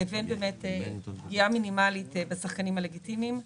לבין פגיעה מינימאלית בשחקנים הלגיטימיים.